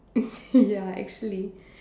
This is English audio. ya actually